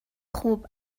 خوب